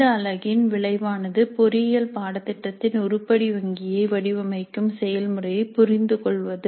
இந்த அலகின் விளைவானது பொறியியல் பாடத்திட்டத்தின் உருப்படி வங்கியை வடிவமைக்கும் செயல்முறையை புரிந்துகொள்வது